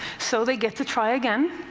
so they get to try again,